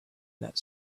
that